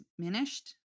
diminished